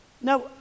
Now